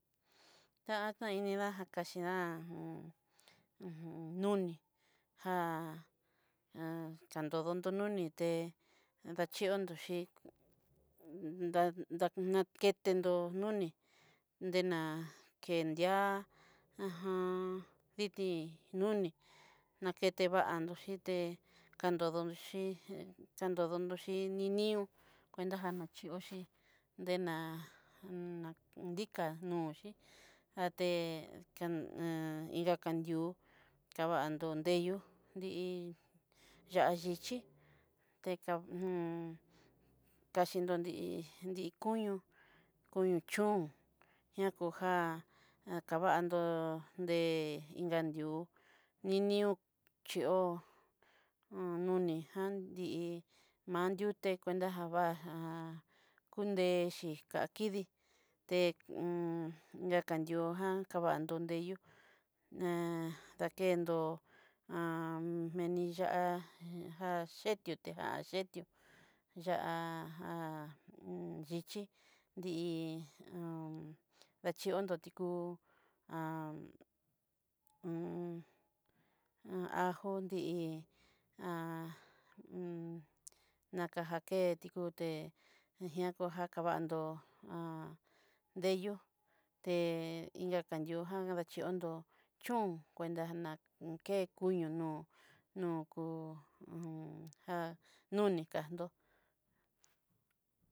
Tatainidá jakaxhidá nuní já ntodón tononí té achiondoxhí hun da- dan naketenró noní, dená kendía ajan diti noní naketeva'nró xhité ka'nrodoxhi ka'nrodoxhi ninió kuentajana xhi oxhí dená nadiká noxhí, até kan'a inka kandiú kavan'ndó teyó di'ii ya'a yixhí teka j kaxhinro nri hi koño, koño chón ñakoja kavandó de inka ndiú ninió chó'o ni jan nrí, mandiute cuenta jabaján kunrexhi ká kidii, té hu ñakadioján kabandó nré di'o kendó ni ya'á yetú tejá yetiú ixhí nrí axhiondó tikú u ajó nri n nakaga'nje tikuté tijiakova jabandó yú té in'nga adiojan vaxhiondó chón cuenta ná ké koñó nó'o, nó'o ko huj já noní kandó.